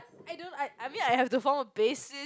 I don't I I mean I have to form a basis